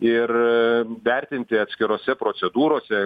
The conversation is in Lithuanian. ir vertinti atskirose procedūrose